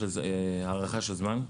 הערכה של זמן?